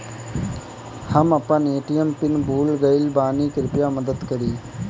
हम अपन ATM PIN भूल गएल बानी, कृपया मदद करीं